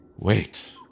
Wait